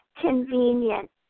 convenient